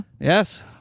Yes